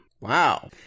Wow